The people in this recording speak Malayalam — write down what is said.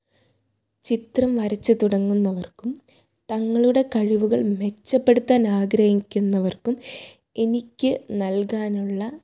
ചിത്രം വരച്ച് തുടങ്ങുന്നവർക്കും തങ്ങളുടെ കഴിവുകൾ മെച്ചപ്പെടുത്താൻ ആഗ്രഹിഹിക്കുന്നവർക്കും എനിക്ക് നൽകാനുള്ള